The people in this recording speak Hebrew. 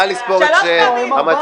נא לספור את המצביעים.